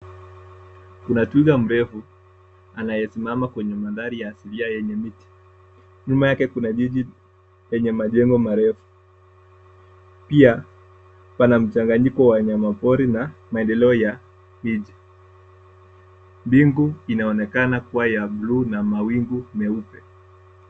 Kuna twiga mrefu anayesimama kwenye mandhari ya asilia yenye miti. Nyuma yake kuna jiji lenye majengo marefu. Pia pana mchanganyiko wa wanyama pori na maendeleo ya jiji. Mbingu inaonekana kuwa ya buluu na mawingu meupe.